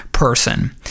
Person